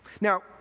Now